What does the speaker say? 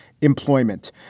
employment